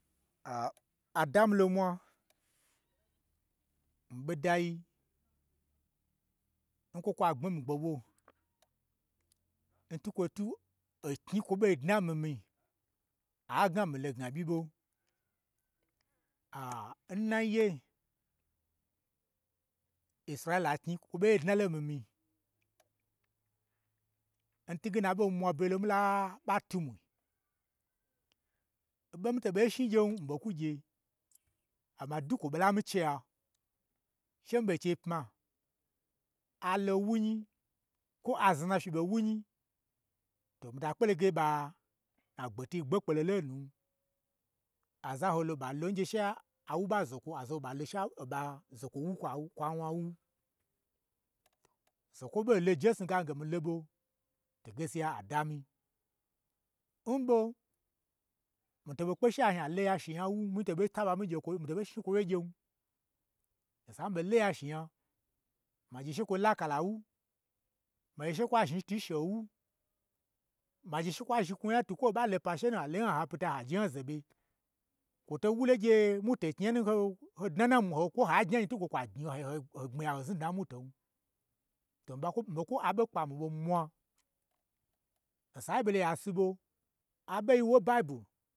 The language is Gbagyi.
Aaa, adamilon mwa n ɓodai, n kwo kwa gbmi n mii gbo ɓwo n twukwo tlai, oaknyi ɓo nkwo ɓo dna nmii mii, agna milo gnaɓyi ɓo aaa n naye, israila knyi kwo ɓoye dnalo nmii mii, n twuge na aɓo mwabegyelo n mila ɓa twu mwui, oɓo nmii to ɓei shni gyen, mii ɓo kwo gye, amma dwu kwo ɓo lami cheya, she mii ɓei she pma, alo nwu nyi lawo aznazna fyi ɓo n wu nyi, to mita kpeloge ɓa ɓa nna gbetwui gbe kpe lo lo nu, azaho lo ɓalo n gye shawo ɓa zakwo wu kwa wna n wu. Zokwo ɓei lo njesnu ge milo ɓo, to gaskiya a damii, nɓo mito ɓei kpe she azhni alo nya she nya n wun, mito ɓo taba, mito ɓo shni kwo gyen, san mii ɓo lo nyashenya, ma gye she kwo lakala nwu, ma gye she kwa zhni twu n she n wu, ma gye she kwo zhni kwo nya twu, kwo hoɓ lo pashe nu, ha lo ho nya nha pita haje ho nya ze ɓe, kwoto wulo n gye moto knyi nu n ho-nho dna n namwu kwo ha gnya gnyi, to kwo ha gye ho gbmi ya ho znu dna n moton, to mii ɓo kwu aɓo kpamwui ɓo nmwa, osa nyi ɓolo yasi ɓo, aɓo n yi wo n bible